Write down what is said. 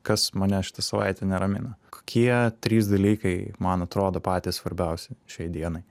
kas mane šitą savaitę neramina kokie trys dalykai man atrodo patys svarbiausi šiai dienai